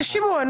זה שימוע.